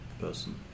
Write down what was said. person